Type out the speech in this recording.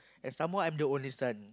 and some more I'm the only son